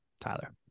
Tyler